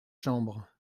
chambre